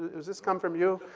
does this come from you?